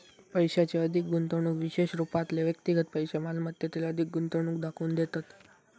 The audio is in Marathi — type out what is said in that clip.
पैशाची अधिक गुंतवणूक विशेष रूपातले व्यक्तिगत पैशै मालमत्तेतील अधिक गुंतवणूक दाखवून देतत